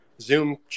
Zoom